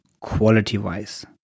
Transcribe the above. quality-wise